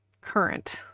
current